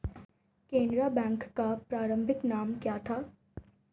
Canara bank का प्रारंभिक नाम क्या था?